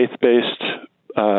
faith-based